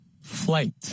Flight